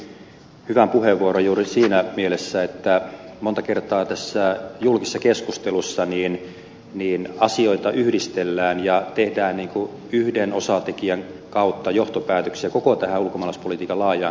outi mäkelä käytti hyvän puheenvuoron juuri siinä mielessä että monta kertaa tässä julkisessa keskustelussa asioita yhdistellään ja tehdään yhden osatekijän kautta johtopäätöksiä koko tähän ulkomaalaispolitiikan laajaan kokonaisuuteen